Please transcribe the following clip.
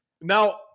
Now